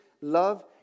love